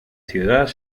ciudad